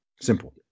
Simple